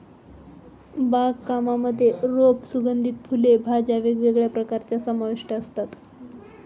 बाग कामांमध्ये रोप, सुगंधित फुले, भाज्या वेगवेगळ्या प्रकारच्या समाविष्ट असतात